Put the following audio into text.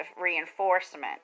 reinforcement